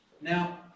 Now